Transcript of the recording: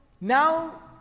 Now